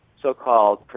so-called